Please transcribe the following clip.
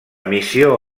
missió